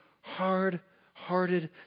hard-hearted